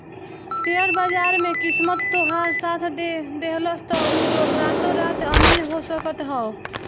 share बाजार में किस्मत तोहार साथ दे देहलस तअ तू रातो रात अमीर हो सकत हवअ